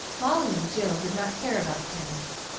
molly and jill did not care about tennis,